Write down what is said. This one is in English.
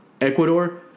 Ecuador